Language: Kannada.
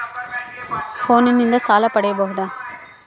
ಫೋನಿನಿಂದ ಸಾಲ ಪಡೇಬೋದ?